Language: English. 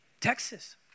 Texas